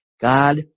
God